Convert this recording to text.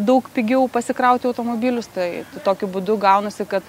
daug pigiau pasikrauti automobilius tai tokiu būdu gaunasi kad